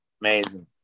amazing